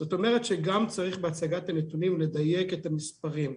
זאת אומרת שצריך בהצגת הנתונים לדייק את המספרים.